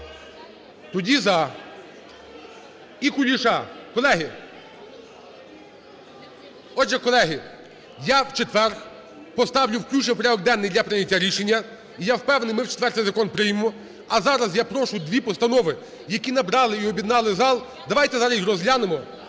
тоді за… і Куліша. Колеги, отже, колеги, я в четвер поставлю включення у порядок денний для прийняття рішення, і я впевнений, ми в четвер цей закон приймемо. А зараз я прошу дві постанови, які набрали і об'єднали зал, давайте зараз їх розглянемо,